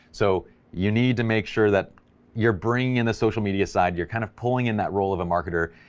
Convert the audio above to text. so you need to make sure that you're bringing in the social media side, you're kind of pulling in that role of a marketer,